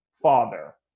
father